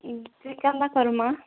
ଉଁ ଚିକେନ୍ଟା କର୍ମା